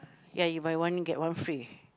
ya you buy one and get one free